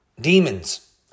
demons